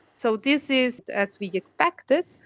so this is as we expected.